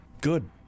Good